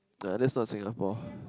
ah that's not Singapore